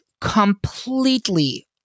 completely